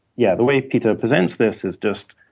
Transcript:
yeah, the way peter presents this is just,